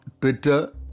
Twitter